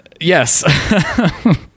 Yes